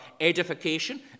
edification